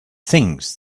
things